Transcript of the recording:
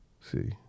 See